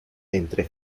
entre